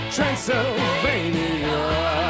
Transylvania